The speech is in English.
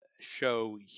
show